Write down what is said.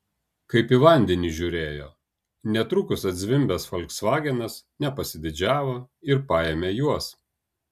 kaip į vandenį žiūrėjo netrukus atzvimbęs folksvagenas nepasididžiavo ir paėmė juos